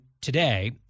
today